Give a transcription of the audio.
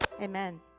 Amen